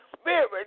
spirit